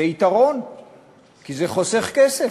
זה יתרון כי זה חוסך כסף.